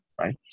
right